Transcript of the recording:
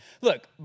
Look